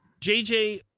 jj